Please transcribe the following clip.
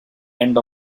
end